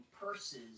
purses